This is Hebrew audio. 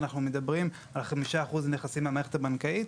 אנחנו מדברים על כ-5% נכסים מהמערכת הבנקאית,